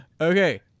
Okay